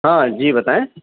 ہاں جی بتائیں